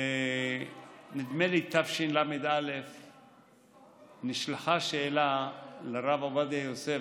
נדמה לי שבתשל"א נשלחה שאלה לרב עובדיה יוסף,